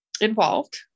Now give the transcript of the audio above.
involved